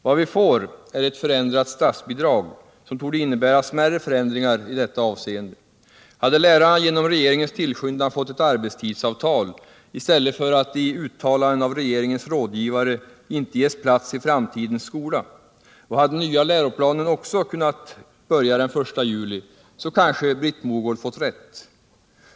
Vad vi får är ett förändrat statsbidrag, som torde innebära smärre förändringar i detta avseende. Hade lärarna genom regeringens tillskyndan fått ett arbetstidsavtal, i stället för att i uttalanden av regeringens rådgivare inte ges plats i framtidens skola, och hade nya läroplanen också börjat den 1 juli, så kanske Britt Mogård fått rätt.